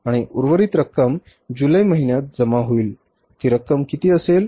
आणि उर्वरित रक्कम जुलै महिन्यात जमा होईल ती रक्कम किती असेल